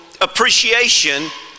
appreciation